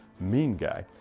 mean guy.